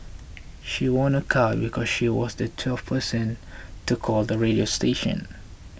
she won a car because she was the twelfth person to call the radio station